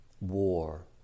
war